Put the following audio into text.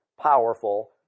powerful